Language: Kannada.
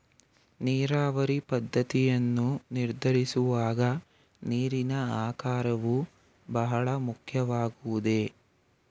ನೀರಾವರಿ ಪದ್ದತಿಯನ್ನು ನಿರ್ಧರಿಸುವಾಗ ನೀರಿನ ಆಕಾರವು ಬಹಳ ಮುಖ್ಯವಾಗುವುದೇ?